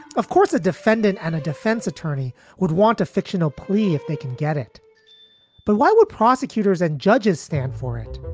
of course, a defendant and a defense attorney would want a fictional plea if they can get it but why would prosecutors and judges stand for it?